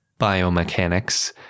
biomechanics